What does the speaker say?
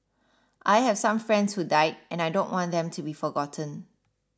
I have some friends who died and I don't want them to be forgotten